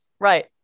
Right